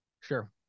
Sure